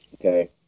Okay